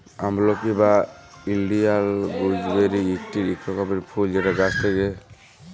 আমলকি বা Indian gooseberry ইকটি রকমকার ফুল যেটা গাছে থাক্যে